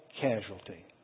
casualty